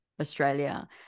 australia